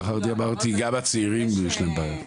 החרדתי אמרתי שגם לצעירים יש בעיות.